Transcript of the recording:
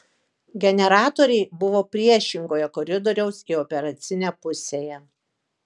generatoriai buvo priešingoje koridoriaus į operacinę pusėje